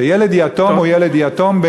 שילד יתום הוא ילד יתום,